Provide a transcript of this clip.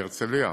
בהרצליה.